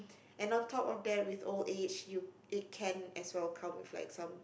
and on top of that with old age you it can as well come with like some